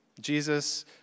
Jesus